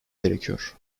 gerekiyor